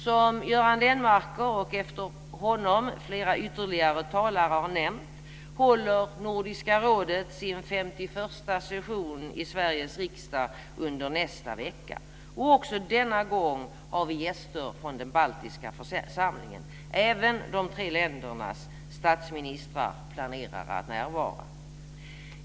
Som Göran Lennmarker och efter honom flera ytterligare talare har nämnt håller Nordiska rådet sin 51:a session i Sveriges riksdag under nästa vecka, och också denna gång har vi gäster från Baltiska församlingen. Även de tre ländernas statsministrar planerar att närvara.